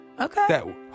Okay